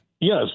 Yes